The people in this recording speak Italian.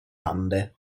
ande